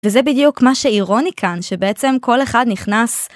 וזה בדיוק מה שאירוני כאן, שבעצם כל אחד נכנס.